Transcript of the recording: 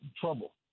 trouble